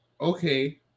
Okay